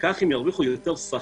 וכך הם ירוויחו יותר שכר.